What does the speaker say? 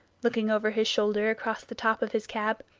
looking over his shoulder across the top of his cab,